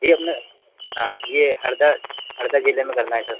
यह अपना हाँ यह हरदा हरदा ज़िले में करना है सर